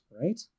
right